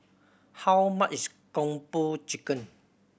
how much is Kung Po Chicken